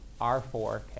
R4k